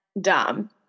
dumb